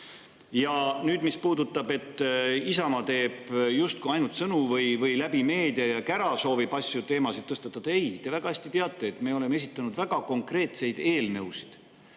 Nüüd, mis puudutab seda, et Isamaa teeb justkui ainult sõnu või läbi meedia ja kära soovib asju ja teemasid tõstatada – ei. Te väga hästi teate, me oleme esitanud väga konkreetseid eelnõusid.